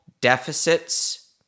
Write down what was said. deficits